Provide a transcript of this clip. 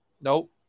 Nope